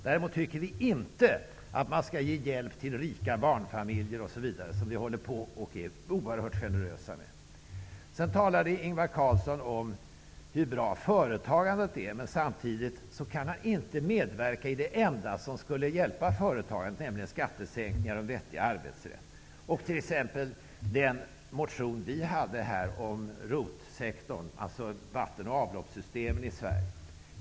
Däremot tycker vi inte att man skall ge hjälp till rika barnfamiljer osv. som vi är oerhört generösa mot. Vidare talade Ingvar Carlsson om hur bra företagandet är. Men samtidigt kan han inte medverka i det enda som skulle hjälpa företagandet, nämligen skattesänkningar och en vettig arbetsrätt och exempelvis de förslag i den motion vi nydemokrater lade fram om ROT sektorn, alltså om vatten och avloppssystemen i Sverige.